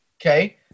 Okay